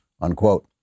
unquote